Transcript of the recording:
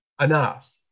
enough